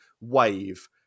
wave